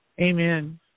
Amen